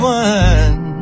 one